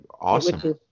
awesome